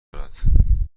دارد